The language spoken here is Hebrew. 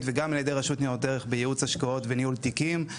וגם על ידי הרשות לניירות ערך בייעוץ השקאות וניהול תיקים.